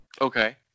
okay